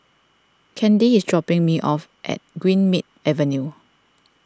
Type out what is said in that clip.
Candi is dropping me off at Greenmead Avenue